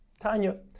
Tanya